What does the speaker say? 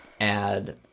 add